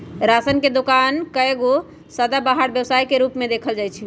ration के दोकान एगो सदाबहार व्यवसाय के रूप में देखल जाइ छइ